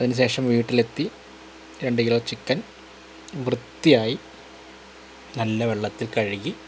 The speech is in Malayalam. അതിന് ശേഷം വീട്ടിലെത്തി രണ്ട് കിലോ ചിക്കൻ വൃത്തിയായി നല്ല വെള്ളത്തിൽ കഴുകി